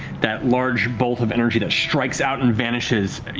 that large bolt of energy that strikes out and vanishes. and